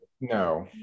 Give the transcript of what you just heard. No